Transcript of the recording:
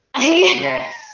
Yes